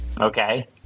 Okay